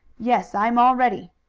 yes, i'm all ready.